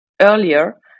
earlier